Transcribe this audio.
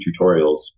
tutorials